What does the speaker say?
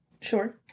Sure